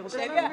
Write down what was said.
אני רוצה להבין.